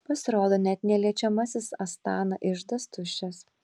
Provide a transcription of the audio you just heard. pasirodo net neliečiamasis astana iždas tuščias